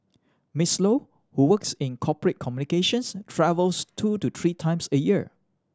Miss Low who works in corporate communications travels two to three times a year